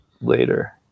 later